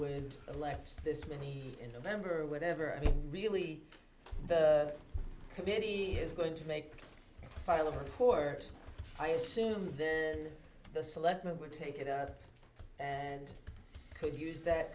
would elect this winning in november or whatever really the committee is going to make file a report i assume then the selectmen would take it up and could use that